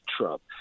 Trump